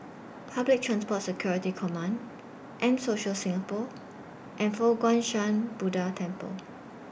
Public Transport Security Command M Social Singapore and Fo Guang Shan Buddha Temple